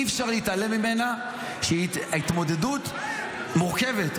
אי-אפשר להתעלם צכך שהיא התמודדות מורכבת,